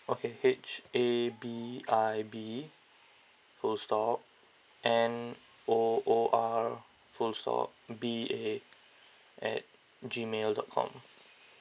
okay H A B I B full stop N O O R full stop B A at G mail dot com